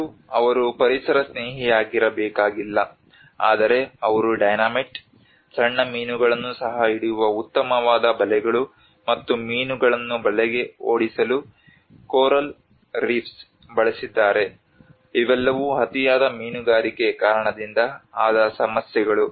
ಮತ್ತು ಅವು ಪರಿಸರ ಸ್ನೇಹಿಯಾಗಿರಬೇಕಾಗಿಲ್ಲ ಆದರೆ ಅವರು ಡೈನಮೈಟ್ ಸಣ್ಣ ಮೀನುಗಳನ್ನು ಸಹ ಹಿಡಿಯುವ ಉತ್ತಮವಾದ ಬಲೆಗಳು ಮತ್ತು ಮೀನುಗಳನ್ನು ಬಲೆಗೆ ಓಡಿಸಲು ಕೋರಲ್ ರೀಫ್ಸ್ ಬಳಸಿದ್ದಾರೆ ಇವೆಲ್ಲವೂ ಅತಿಯಾದ ಮೀನುಗಾರಿಕೆ ಕಾರಣದಿಂದ ಆದ ಸಮಸ್ಯೆಗಳು